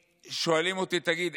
כששואלים אותי: תגיד,